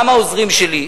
גם העוזרים שלי,